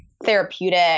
therapeutic